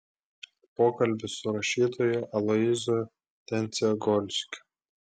pokalbis su rašytoju aloyzu tendzegolskiu